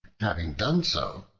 having done so,